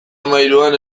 hamahiruan